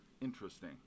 interesting